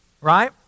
Right